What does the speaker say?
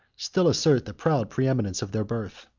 still assert the proud preeminence of their birth.